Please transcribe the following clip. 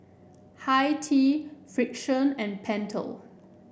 Hi Tea Frixion and Pentel